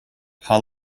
how